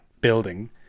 Building